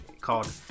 called